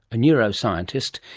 a neuroscientist,